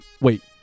wait